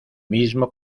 mismo